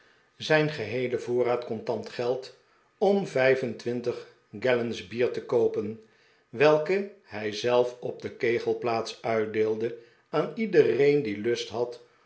zijn geheelen voorraad contant geld om vijf en twintig gallons bier te koopen welke hij zelf op de kegelplaats uitdeelde aan iedereen die lust had